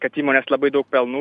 kad įmonės labai daug pelnų